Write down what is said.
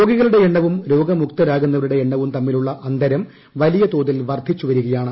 രോഗികളുടെ എണ്ണവും രോഗമുക്തരാകുന്നവരുടെ എണ്ണവും തമ്മിലുള്ള അന്തരം വലിയ തോതിൽ വർധിച്ചു വരികയാണ്